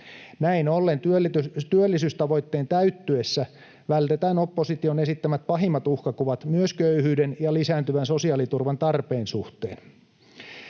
Näin ollen työllisyystavoitteen täyttyessä vältetään opposition esittämät pahimmat uhkakuvat myös köyhyyden ja lisääntyvän sosiaaliturvan tarpeen suhteen.